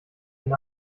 ihn